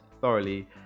thoroughly